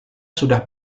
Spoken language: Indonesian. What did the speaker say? sudah